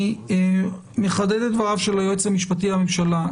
אני מחדד את דבריו של היועץ המשפטי לוועדה.